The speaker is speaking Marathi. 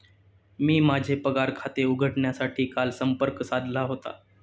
मी माझे पगार खाते उघडण्यासाठी काल संपर्क साधला होता